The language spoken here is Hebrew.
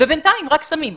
ובינתיים רק שמים חסמים,